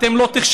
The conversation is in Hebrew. אתם לא תחשבו,